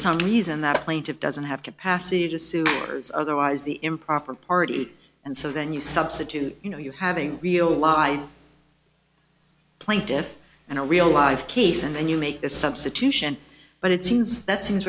some reason that plaintive doesn't have capacity to suit orders otherwise the improper party and so then you substitute you know you having real life plaintiffs and a real live case and then you make a substitution but it seems that seems